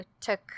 took